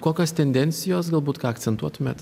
kokios tendencijos galbūt ką akcentuotumėt